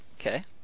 Okay